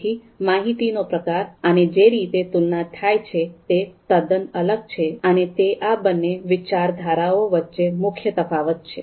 તેથી માહિતીનો પ્રકાર અને જે રીતે તુલના થાય છે તે તદ્દન અલગ છે અને તે આ બંને વિચારધારાઓ વચ્ચેનો મુખ્ય તફાવત છે